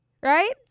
Right